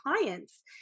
clients